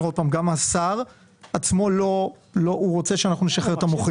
שוב שגם השר רוצה שנשחרר את המוכרים